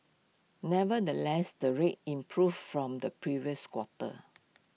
nevertheless the rates improved from the previous quarter